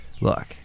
look